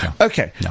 Okay